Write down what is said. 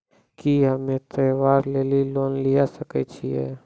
की हम्मय त्योहार लेली लोन लिये सकय छियै?